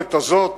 היכולת הזאת